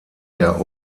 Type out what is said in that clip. der